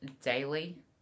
daily